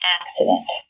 accident